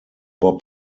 bob